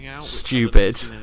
stupid